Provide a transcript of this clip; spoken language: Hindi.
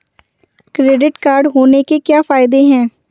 क्रेडिट कार्ड होने के क्या फायदे हैं?